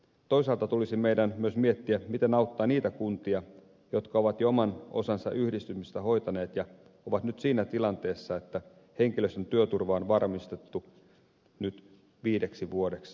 toisaalta tulisi meidän myös miettiä miten auttaa niitä kuntia jotka ovat jo oman osansa yhdistymisestä hoitaneet ja ovat nyt siinä tilanteessa että henkilöstön työturva on varmistettu viideksi vuodeksi